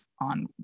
on